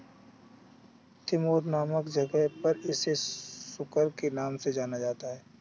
Timor नामक जगह पर इसे सुकर के नाम से जाना जाता है